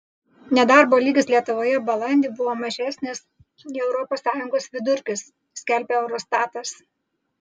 nedarbo lygis lietuvoje balandį buvo mažesnis nei europos sąjungos vidurkis skelbia eurostatas